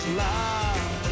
love